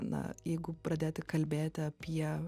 na jeigu pradėti kalbėti apie